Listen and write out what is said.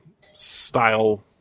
style